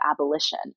Abolition